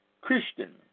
Christian